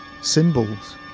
symbols